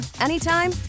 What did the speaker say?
anytime